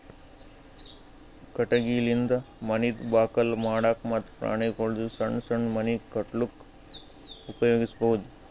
ಕಟಗಿಲಿಂದ ಮನಿದ್ ಬಾಕಲ್ ಮಾಡಕ್ಕ ಮತ್ತ್ ಪ್ರಾಣಿಗೊಳ್ದು ಸಣ್ಣ್ ಸಣ್ಣ್ ಮನಿ ಕಟ್ಟಕ್ಕ್ ಉಪಯೋಗಿಸಬಹುದು